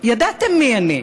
ידעתם מי אני,